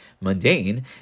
mundane